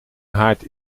haard